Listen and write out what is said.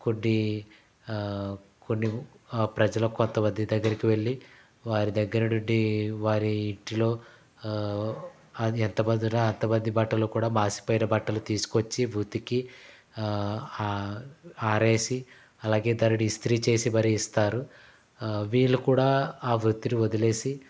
కొన్ని కొన్ని ప్రజలకు కొంత మంది దగ్గరికి వెళ్ళి వారి దగ్గర నుండి వారి ఇంటిలో అది ఎంతమంది ఉన్న అంతమంది బట్టలు కూడా మాసిపోయిన బట్టలు తీసుకువచ్చి ఉతికి ఆరేసి అలాగే దానిని ఇస్త్రీ చేసి మరి ఇస్తారు వీళ్ళు కూడా ఆ వృత్తిని వదిలేసి